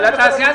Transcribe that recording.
לתעשייה.